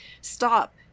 stop